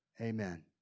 Amen